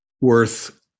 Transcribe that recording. worth